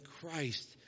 Christ